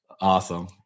Awesome